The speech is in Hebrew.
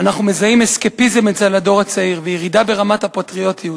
"אנחנו מזהים אסקפיזם אצל הדור הצעיר וירידה ברמת הפטריוטיות.